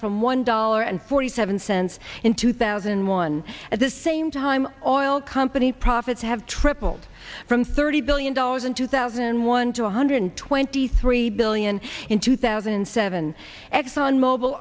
from one dollar and forty seven cents in two thousand and one at the same time all company profits have tripled from thirty billion dollars in two thousand and one to one hundred twenty three billion in two thousand and seven exxon mobil